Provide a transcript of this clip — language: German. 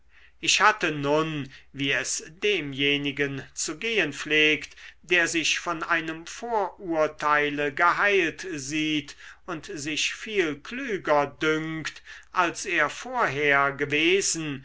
ich hatte nun wie es demjenigen zu gehen pflegt der sich von einem vorurteile geheilt sieht und sich viel klüger dünkt als er vorher gewesen